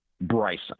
Bryson